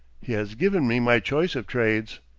he has given me my choice of trades.